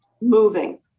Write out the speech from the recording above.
moving